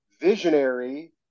visionary